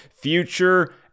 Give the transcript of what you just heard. future